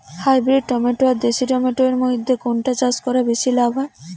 Hybrid tomato আর দেশি tomato এর মইধ্যে কোনটা চাষ করা বেশি লাভ হয়?